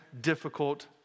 difficult